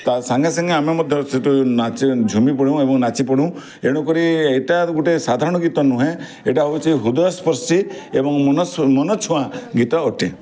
ତା ସାଙ୍ଗେସାଙ୍ଗେ ଆମେ ମଧ୍ୟ ସେଇଠୁ ନାଚି ଝୁମିପଡ଼ୁଁ ଏବଂ ନାଚିପଡ଼ୁଁ ଏଣୁକରି ଏଇଟା ଗୋଟେ ସାଧାରଣ ଗୀତ ନୁହେଁ ଏଇଟା ହେଉଛି ହୃଦୟସ୍ପର୍ଶୀ ଏବଂ ମନଛୁଆଁ ଗୀତ ଅଟେ